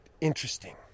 interesting